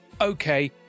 okay